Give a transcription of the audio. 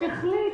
החליט